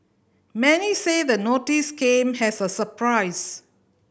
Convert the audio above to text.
many say the notice came has a surprise